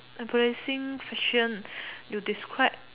embarrassing question you describe